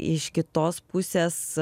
iš kitos pusės